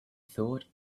thought